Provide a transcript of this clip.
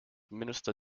minister